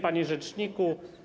Panie Rzeczniku!